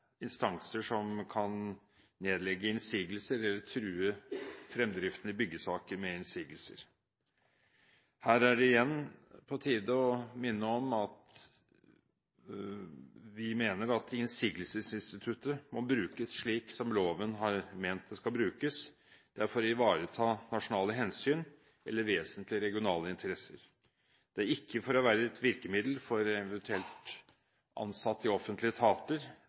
instanser som kan nedlegge innsigelser eller true fremdriften i byggesaker med innsigelser. Her er det igjen på tide å minne om at vi mener at innsigelsesinstituttet må brukes slik som det i loven er ment det skal brukes: for å ivareta nasjonale hensyn eller vesentlige regionale interesser. Det skal ikke være et eventuelt virkemiddel for ansatte i offentlige etater